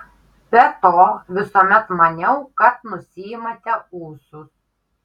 be to visuomet maniau kad nusiimate ūsus